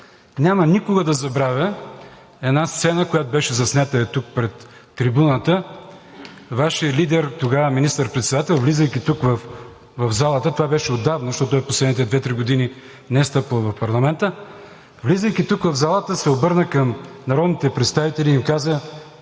Няма никога да забравя една сцена, която беше заснета – ето тук, пред трибуната. Вашият лидер, тогава министър-председател, влизайки тук в залата, това беше отдавна, защото той в последните две-три години не е стъпвал в парламента, се обърна към народните представители и им каза,